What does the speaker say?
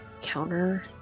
counter